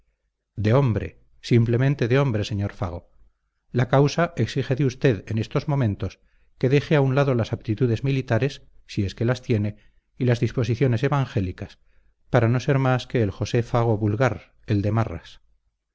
de hombre simplemente de hombre sr fago la causa exige de usted en estos momentos que deje a un lado las aptitudes militares si es que las tiene y las disposiciones evangélicas para no ser más que el josé fago vulgar el de marras